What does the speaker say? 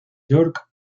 york